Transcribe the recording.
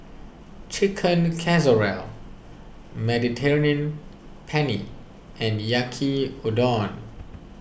Chicken Casserole Mediterranean Penne and Yaki Udon